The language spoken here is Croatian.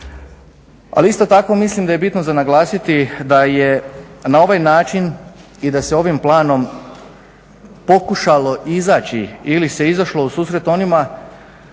Ali isto tako mislim da je bitno za naglasiti da je na ovaj način i da se ovim planom pokušalo izaći ili se izašlo u susret onima